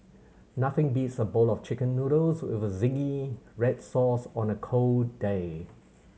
nothing beats a bowl of Chicken Noodles with zingy red sauce on a cold day